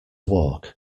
walk